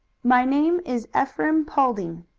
my name is ephraim paulding.